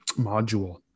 module